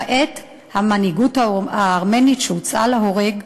למעט המנהיגות הארמנית שהוצאה להורג,